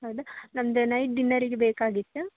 ಹೌದಾ ನಮ್ದು ನೈಟ್ ಡಿನ್ನರಿಗೆ ಬೇಕಾಗಿತ್ತು